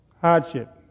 hardship